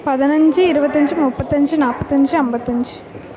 பதினஞ்சு இருபத்தஞ்சி முப்பத்தஞ்சு நாற்பத்தஞ்சி ஐம்பத்தஞ்சி